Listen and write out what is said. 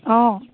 অঁ